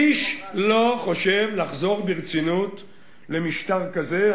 איש לא חושב לחזור ברצינות למשטר כזה.